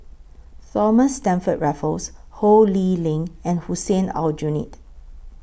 Thomas Stamford Raffles Ho Lee Ling and Hussein Aljunied